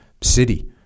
city